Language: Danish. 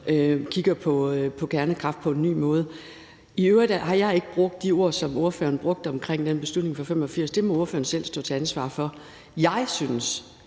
kigger på kernekraft på en ny måde. I øvrigt har jeg ikke brugt de ord, som ordføreren brugte omkring den beslutning fra 1985. Det må ordføreren selv stå til ansvar for. Jeg synes,